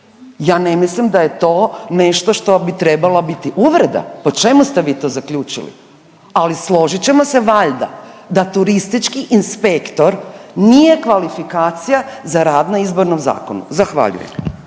Ja ne mislim da je to nešto što bi trebala biti uvreda. Po čemu ste vi to zaključili? Ali složit ćemo se valjda da turistički inspektor nije kvalifikacija za rad na izbornom zakonu. Zahvaljujem.